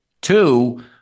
Two